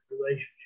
relationship